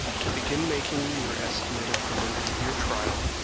to begin making your estimate of the length of your trial,